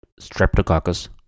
streptococcus